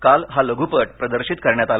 काल हा लघुपट प्रदर्शित करण्यात आला